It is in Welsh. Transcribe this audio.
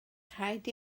rhaid